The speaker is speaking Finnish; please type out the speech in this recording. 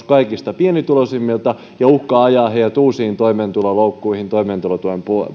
kaikista pienituloisimmilta ja uhkaa ajaa heidät uusiin toimeentuloloukkuihin toimeentulotuen